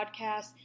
podcast